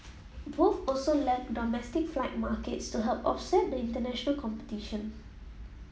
both also lack domestic flight markets to help offset the international competition